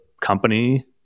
company